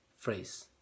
Phrase